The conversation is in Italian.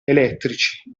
elettrici